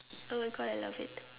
oh my god I love it